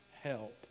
help